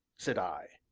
said i.